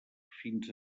fins